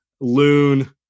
loon